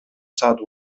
саат